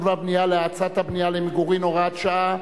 ובנייה להאצת הבנייה למגורים (הוראת שעה),